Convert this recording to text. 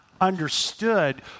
understood